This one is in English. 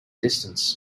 distance